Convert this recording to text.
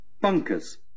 Bunkers